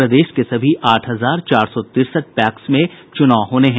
प्रदेश के सभी आठ हजार चार सौ तिरसठ पैक्स में चुनाव होने हैं